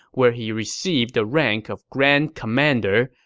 where he received the rank of grand commander,